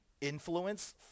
influence